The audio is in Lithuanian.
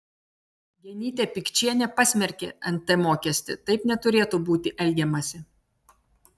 genytė pikčienė pasmerkė nt mokestį taip neturėtų būti elgiamasi